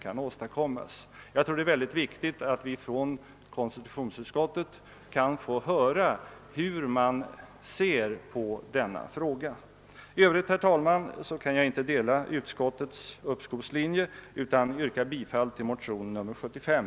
Jag tror att det är mycket viktigt att vi från konstitutionsutskottet kan få höra hur man där ser på denna fråga. I övrigt, herr talman, kan jag inte följa utskottets uppskovslinje, utan yrkar bifall till motionen II: 75.